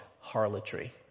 harlotry